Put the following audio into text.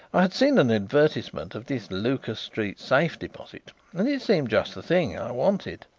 i had seen an advertisement of this lucas street safe-deposit and it seemed just the thing i wanted.